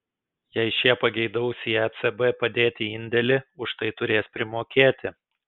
jei šie pageidaus į ecb padėti indėlį už tai turės primokėti